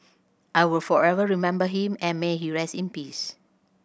I will forever remember him and may he rest in peace